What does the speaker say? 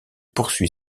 poursuit